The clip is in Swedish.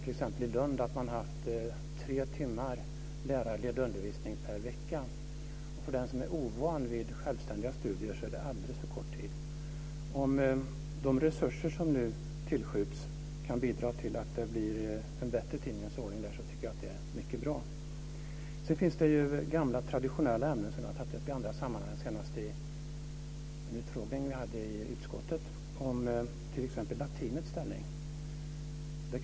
I Lund har man t.ex. haft tre timmar lärarledd undervisning per vecka. För den som är ovan vid självständiga studier är det alldeles för kort tid. Om de resurser som nu tillskjuts kan bidra till en bättre tingens ordning är det mycket bra. Jag har i andra sammanhang tagit upp gamla traditionella ämnen, senast i en utfrågning vi hade i utskottet. Det gäller t.ex. latinets ställning.